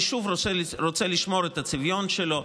אם יישוב רוצה לשמור על הצביון שלו,